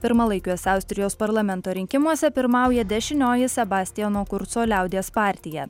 pirmalaikiuose austrijos parlamento rinkimuose pirmauja dešinioji sebastiano kurco liaudies partija